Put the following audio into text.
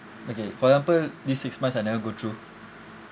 okay for example these six months I never go through